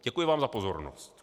Děkuji vám za pozornost.